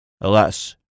Alas